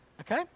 Okay